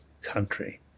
country